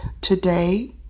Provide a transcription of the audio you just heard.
Today